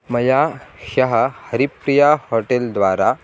मया ह्यः हरिप्रिया होटेल् द्वारा